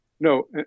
No